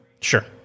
Sure